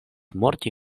morti